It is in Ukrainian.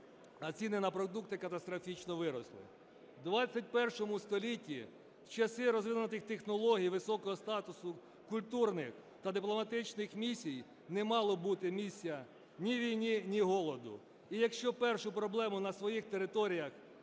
а ціни на продукти катастрофічно виросли. В ХХІ столітті, в часи розвинутих технологій і високого статусу культурних та дипломатичних місій, не мало бути місця ні війні, ні голоду. І якщо першу проблему на своїх територіях